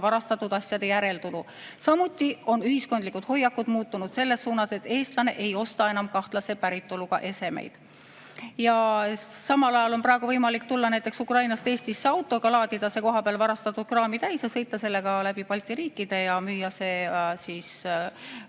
varastatud asjade järelturu. Samuti on ühiskondlikud hoiakud muutunud selles suunas, et eestlane ei osta enam kahtlase päritoluga esemeid. Samal ajal on praegu võimalik tulla näiteks Ukrainast Eestisse autoga, laadida see kohapeal varastatud kraami täis ja sõita sellega läbi Balti riikide, et müüa see